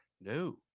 No